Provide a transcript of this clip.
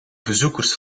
bezoekers